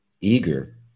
eager